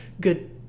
good